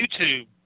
YouTube